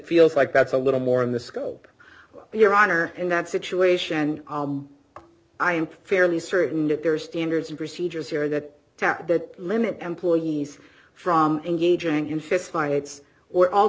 feels like that's a little more in the scope your honor in that situation and i'm fairly certain that there are standards and procedures here that that that limit employees from engaging in fistfights or all